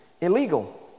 illegal